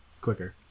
quicker